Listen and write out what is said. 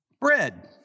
Bread